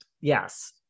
yes